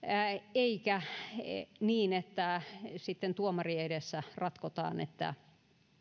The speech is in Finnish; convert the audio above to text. eikä niin että sitten tuomarin edessä ratkotaan